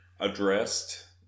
addressed